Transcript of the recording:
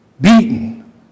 beaten